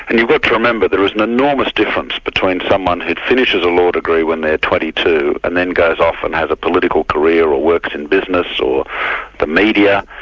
and you've got to remember there is an enormous difference between someone who finishes a law degree when they're twenty two and then goes off and has a political career, or works in business, or the media,